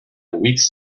weeks